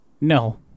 No